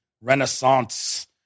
renaissance